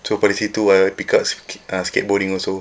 so daripada situ I pick up ska~ uh skateboarding also